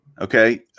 Okay